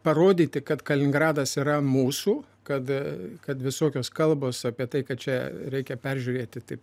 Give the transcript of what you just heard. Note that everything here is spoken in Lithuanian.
parodyti kad kaliningradas yra mūsų kad kad visokios kalbos apie tai kad čia reikia peržiūrėti tai